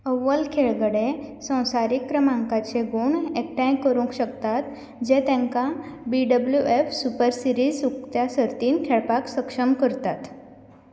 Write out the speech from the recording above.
अव्वल खेळगडे संवसारीक क्रमांकाचे गुण एकठांय करूंक शकतात जे तांकां B W F super series उक्त्या सर्तींत खेळपाक सक्षम करतात